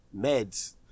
meds